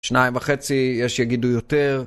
שניים וחצי, יש שיגידו יותר.